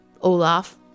Olaf